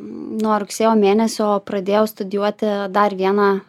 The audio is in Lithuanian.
nuo rugsėjo mėnesio pradėjau studijuoti dar vieną